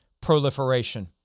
proliferation